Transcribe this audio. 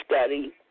study